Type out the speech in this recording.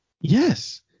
Yes